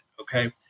Okay